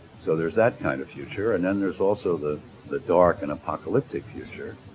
so there's that kind of future and then there's also the the dark and apocalyptic future,